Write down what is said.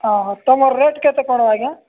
ହଁ ହଁ ତମର ରେଟ କେତେ କ'ଣ ଆଜ୍ଞା